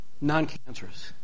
non-cancerous